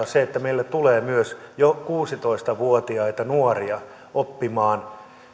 se että meille tulee myös jo kuusitoista vuotiaita nuoria oppimaan